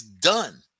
done